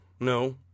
No